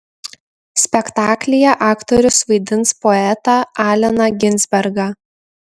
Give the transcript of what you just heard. spektaklyje aktorius vaidins poetą alleną ginsbergą